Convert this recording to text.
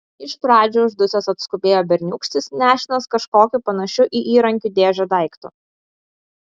iš pradžių uždusęs atskubėjo berniūkštis nešinas kažkokiu panašiu į įrankių dėžę daiktu